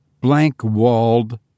blank-walled